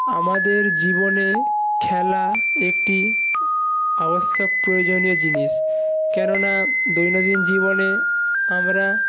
আমাদের জীবনে খেলা একটি আবশ্যক প্রয়োজনীয় জিনিস কেননা দৈনন্দিন জীবনে আমরা